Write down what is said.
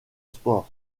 sport